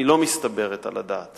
היא לא מתקבלת על הדעת.